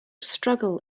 struggle